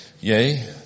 Yea